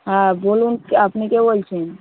হ্যাঁ বলুন কে আপনি কে বলছেন